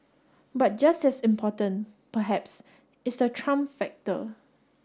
but just as important perhaps is the Trump factor